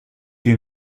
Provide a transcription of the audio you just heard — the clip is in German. dir